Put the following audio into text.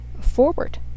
forward